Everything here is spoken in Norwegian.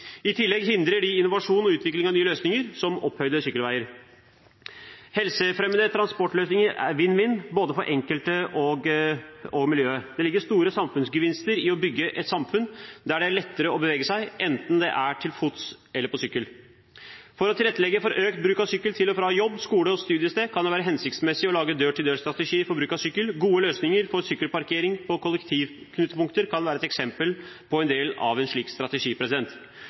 I tillegg hindrer de innovasjon og utvikling av nye løsninger, som opphøyde sykkelveier. Helsefremmende transportløsninger er vinn-vinn, både for enkelte og for miljøet. Det ligger store samfunnsgevinster i å bygge et samfunn der det er lettere å bevege seg, enten det er til fots eller på sykkel. For å tilrettelegge for økt bruk av sykkel til og fra jobb, skole og studiested kan det være hensiktsmessig å lage dør-til-dør-strategier for bruk av sykkel. Gode løsninger for sykkelparkering på kollektivknutepunkter kan være et eksempel på en del av en slik strategi.